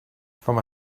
from